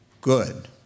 good